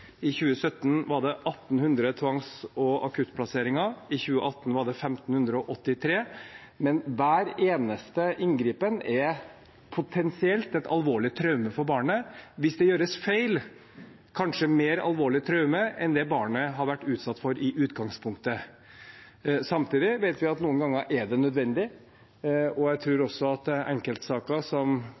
I 2017 var det 1 800 tvangs- og akuttplasseringer, i 2018 var det 1 583. Men hver eneste inngripen er potensielt et alvorlig traume for barnet, og hvis det gjøres feil, kanskje et mer alvorlig traume enn det barnet har vært utsatt for i utgangspunktet. Samtidig vet vi at noen ganger er det nødvendig, og jeg tror at enkeltsaker som